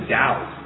doubt